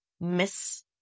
miss